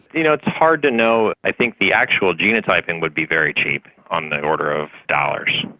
you know it's hard to know. i think the actual genotyping would be very cheap, on the order of dollars.